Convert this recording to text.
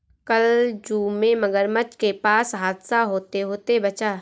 कल जू में मगरमच्छ के पास हादसा होते होते बचा